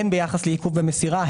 הן ביחס לעיכוב במסירה,